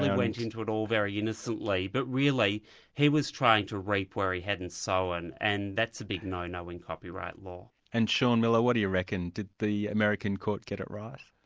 went into it all very innocently, but really he was trying to reap where he hadn't sown, so and and that's a bit no-no in copyright law. and shaun miller, what do you reckon? did the american court get it right?